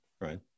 right